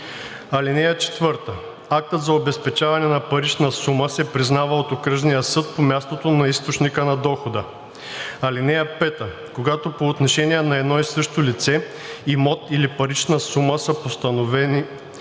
оценка. (4) Актът за обезпечаване на парична сума се признава от окръжния съд по мястото на източника на дохода. (5) Когато по отношение на едно и също лице, имот или парична сума са постановени два